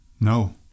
No